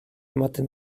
ematen